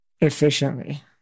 efficiently